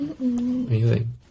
amazing